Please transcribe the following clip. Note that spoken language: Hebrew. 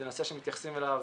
זה נושא שמתייחסים אליו